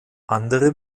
andere